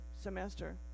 semester